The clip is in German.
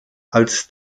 als